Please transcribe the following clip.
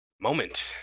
moment